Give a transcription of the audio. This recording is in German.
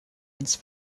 ins